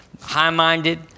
high-minded